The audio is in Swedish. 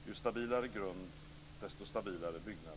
Ju stabilare grund, desto stabilare byggnad.